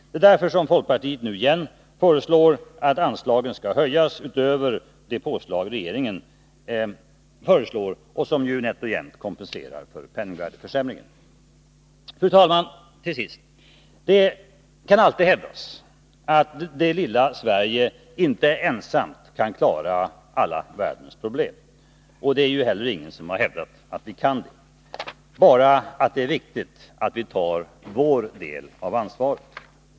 Det är därför folkpartiet nu igen föreslår att anslagen skall höjas utöver det påslag regeringen föreslår och som nätt och jämt kompenserar för penningvärdeförsämringen. Fru talman! Det kan alltid hävdas att det lilla Sverige inte ensamt kan klara alla världens problem. Men det är ingen som har sagt att vi kan det heller, bara att det är viktigt att vi tar vår del av ansvaret.